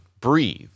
breathe